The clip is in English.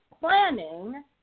planning